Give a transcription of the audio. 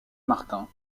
martin